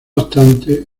obstante